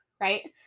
right